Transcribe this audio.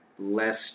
less